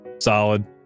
Solid